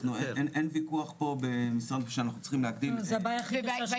אין ויכוח פה שאנחנו צריכים להגדיל --- האם